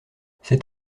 c’est